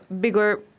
bigger